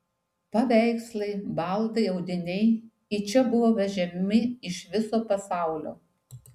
paveikslai baldai audiniai į čia buvo vežami iš viso pasaulio